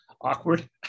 awkward